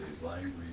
language